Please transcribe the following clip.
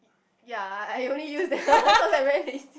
ya I only used that one cause I'm very lazy